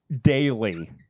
daily